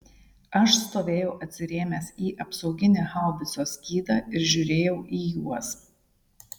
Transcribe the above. aš stovėjau atsirėmęs į apsauginį haubicos skydą ir žiūrėjau į juos